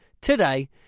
today